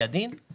מידע על